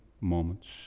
moments